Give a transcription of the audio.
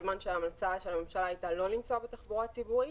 בזמן שההמלצה של הממשלה הייתה לא לנסוע בתחבורה הציבורית,